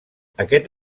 aquest